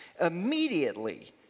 Immediately